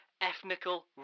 ethnical